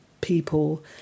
people